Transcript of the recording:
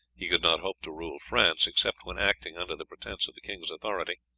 he could not hope to rule france, except when acting under the pretence of the king's authority,